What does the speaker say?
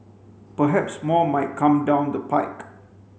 perhaps more might come down the pike